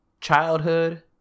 childhood